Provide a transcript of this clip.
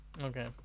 Okay